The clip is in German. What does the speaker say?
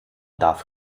darf